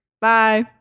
bye